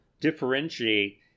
differentiate